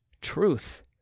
Truth